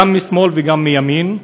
גם משמאל וגם מימין,